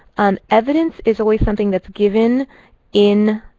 um evidence is always something that's given in